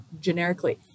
generically